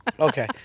Okay